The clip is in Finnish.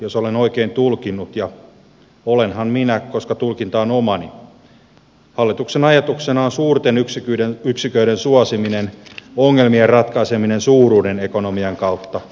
jos olen oikein tulkinnut ja olenhan minä koska tulkinta on omani hallituksen ajatuksena on suurten yksiköiden suosiminen ongelmien ratkaiseminen suuruuden ekonomian kautta